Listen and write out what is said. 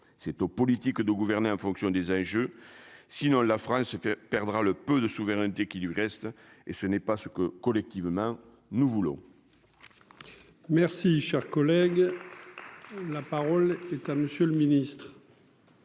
c'est aux politiques de gouverner en fonction des âges, sinon la France perdra le peu de souveraineté qui, du reste, et ce n'est pas ce que collectivement nous voulons.